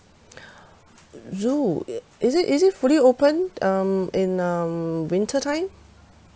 zoo is it is it fully open um in um winter time